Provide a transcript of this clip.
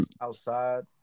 Outside